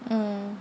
mm